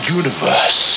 universe